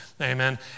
Amen